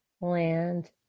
land